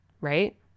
right